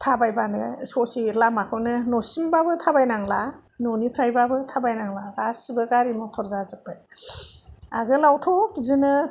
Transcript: थाबायबानो ससे लामाखौनो न'सिम बाबो थाबाय नांला न'निफ्रायबो थाबाय नांला गासिबो गारि मथर जाजोबबाय आगोलावथ' बिदिनो